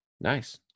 Nice